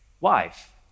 wife